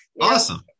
awesome